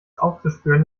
aufzuspüren